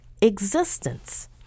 existence